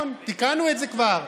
תיקנו את זה כבר.